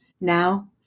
Now